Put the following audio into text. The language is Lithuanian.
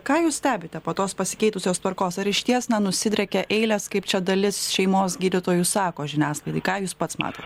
ką jūs stebite po tos pasikeitusios tvarkos ar išties nusidriekia eilės kaip čia dalis šeimos gydytojų sako žiniasklaidai ką jūs pats matot